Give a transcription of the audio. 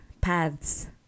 paths